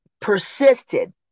persisted